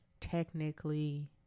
technically